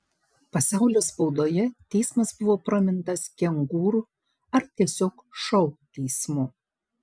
pasaulio spaudoje teismas buvo pramintas kengūrų ar tiesiog šou teismu